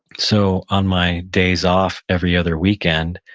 so, on my days off every other weekend,